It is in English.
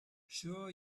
sure